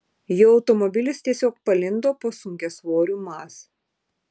jo automobilis tiesiog palindo po sunkiasvoriu maz